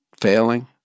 failing